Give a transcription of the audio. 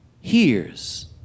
hears